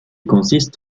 consiste